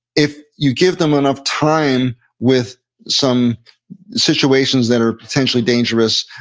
if you give them enough time with some situations that are potentially dangerous.